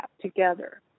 together